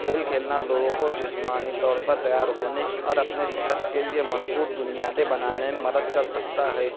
کھیل کھیلنا لوگوں کو جسمانی طور پر تیار ہونے اور اپنے صحت کے لئے مضبوط بنیادیں بنانے میں مدد کر سکتا ہے